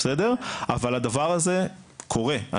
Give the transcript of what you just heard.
אבל הדבר הזה קורה,